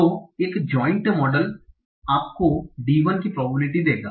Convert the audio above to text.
तो एक joint model आपको d1 की प्रोबेबिलिटी देगा